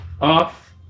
off